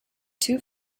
two